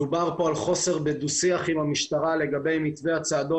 דובר כאן על חוסר בדו שיח עם המשטרה לגבי מתווה הצעדות